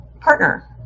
partner